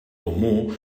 comú